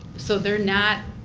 so they're not,